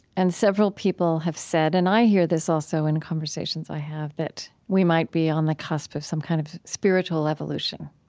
and several people have said, and i hear this, also, in conversations i have, that we might be on the cusp of some kind of spiritual evolution,